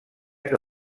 que